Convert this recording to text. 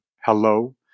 hello